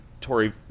Tory